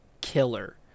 Killer